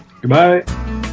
Goodbye